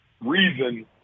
reason